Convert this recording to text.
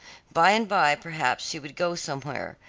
by and by perhaps she would go somewhere,